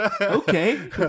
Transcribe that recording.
Okay